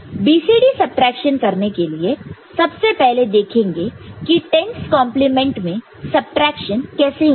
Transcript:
BCD subtraction करने के लिए सबसे पहले देखेंगे की 10's कंप्लीमेंट 10's complement में सबट्रैक्शन कैसे होता है